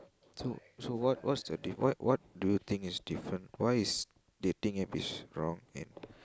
so so what what's the di~ what what do you think is different why is dating App is wrong and